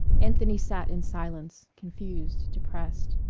anthony sat in silence, confused, depressed.